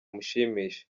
mushimishe